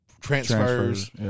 transfers